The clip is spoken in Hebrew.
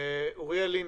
אוריאל לין,